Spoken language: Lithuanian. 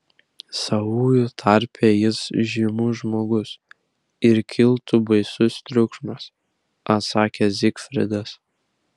savųjų tarpe jis žymus žmogus ir kiltų baisus triukšmas atsakė zigfridas